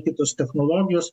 kitos technologijos